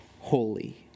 holy